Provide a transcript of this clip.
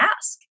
ask